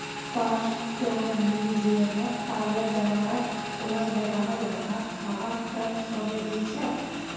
पास्टोरैलिज्मत पाले जानवरक खुला मैदानत घास खबार त न छोरे दी छेक